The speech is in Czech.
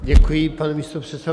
Děkuji, pane místopředsedo.